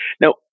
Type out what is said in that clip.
Now